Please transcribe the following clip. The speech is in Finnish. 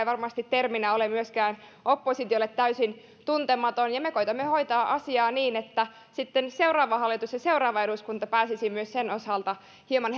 varmasti terminä ole myöskään oppositiolle täysin tuntematon ja me koetamme hoitaa asiaa niin että sitten seuraava hallitus ja seuraava eduskunta pääsisivät myös sen osalta hieman